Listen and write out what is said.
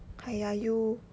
!haiya! you